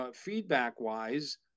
feedback-wise